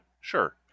sure